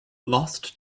lost